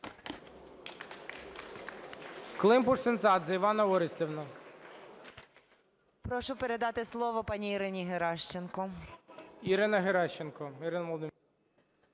Прошу передати слово пані Ірині Геращенко.